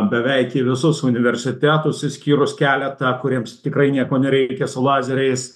beveik į visus universitetus išskyrus keletą kuriems tikrai nieko nereikia su lazeriais